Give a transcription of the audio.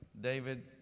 david